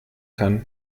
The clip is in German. kann